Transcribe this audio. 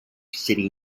city